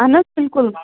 اہَن حظ بِلکُل